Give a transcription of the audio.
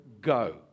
go